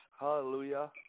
Hallelujah